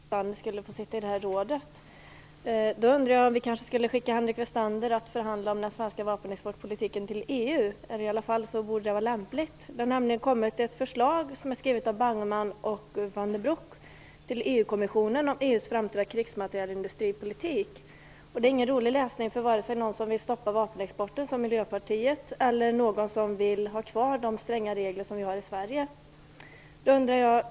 Herr talman! Jag skulle vilja fortsätta på samma tema, nämligen om vapenexporten och om vem som får sitta i vapenexportrådet. Jag undrar om vi kanske skulle skicka Henrik Westander till EU för att förhandla om den svenska vapenexportpolitiken. Det borde i alla fall vara lämpligt. Det har nämligen kommit ett förslag om EU:s framtida krigsmaterielindustripolitik till EU kommissionen. Det är skrivet av Bangemann och van den Broek. Det är ingen rolig läsning vare sig för den som liksom Miljöpartiet vill stoppa vapenexporten eller för den som vill ha kvar de stränga regler som vi har i Sverige.